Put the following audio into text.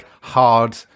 hard